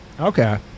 Okay